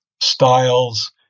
styles